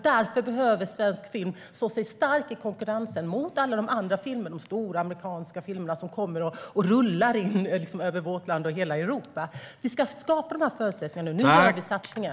Därför behöver svensk film stå sig stark i konkurrensen med alla andra filmer, de stora amerikanska filmer som liksom rullar in över vårt land och hela Europa. Vi ska skapa de förutsättningarna. Nu gör vi den satsningen.